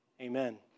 amen